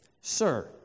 Sir